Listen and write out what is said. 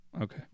Okay